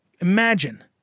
Imagine